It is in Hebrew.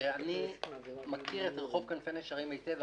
אני מכיר את רחוב כנפי נשרים היטב,